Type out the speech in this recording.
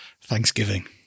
Thanksgiving